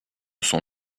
son